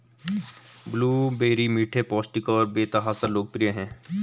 blueberry मीठे, पौष्टिक और बेतहाशा लोकप्रिय हैं